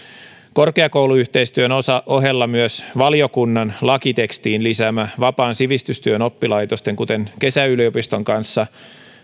korkeakouluyhteistyön ohella myös valiokunnan lakitekstiin lisäämä vapaan sivistystyön oppilaitosten kuten kesäyliopiston kanssa